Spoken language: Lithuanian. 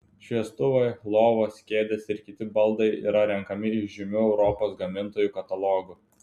šviestuvai lovos kėdės ir kiti baldai yra renkami iš žymių europos gamintojų katalogų